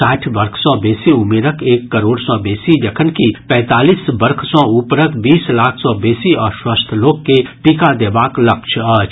साठि वर्ष सँ बेसी उमिरक एक करोड़ सँ बेसी जखनकि पैंतालीस वर्ष सँ ऊपरक बीस लाख सँ बेसी अस्वस्थ लोक के टीका देबाक लक्ष्य अछि